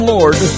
Lord